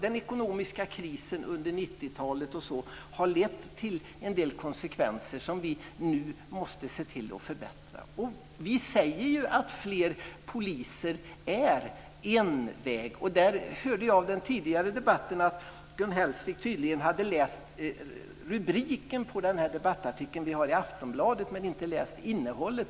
Den ekonomiska krisen under 90-talet har lett till en del konsekvenser som vi nu måste ta itu med. Vi säger ju att fler poliser är en väg. Jag hörde tidigare i debatten att Gun Hellsvik tydligen hade läst rubriken på den debattartikel vi har i Aftonbladet men inte innehållet.